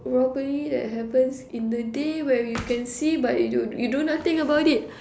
robbery that happens in the day where you can see but you do you do nothing about it